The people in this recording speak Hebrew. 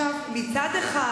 מצד אחד,